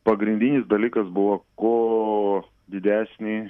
pagrindinis dalykas buvo kuo didesnį